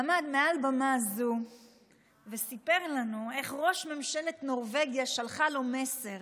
עמד על במה זו וסיפר לנו איך ראש ממשלת נורבגיה שלחה לו מסר